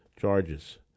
charges